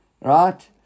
Right